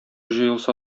җыелса